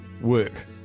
work